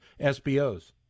SBOs